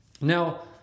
Now